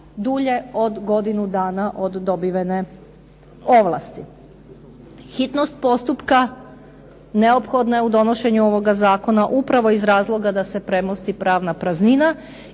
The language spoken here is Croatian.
dulje od godinu dana od dobivene ovlasti. Hitnost postupka neophodna je u donošenju ovoga zakona upravo iz razloga da se premosti pravna praznina